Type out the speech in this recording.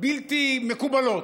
בלתי מקובלות.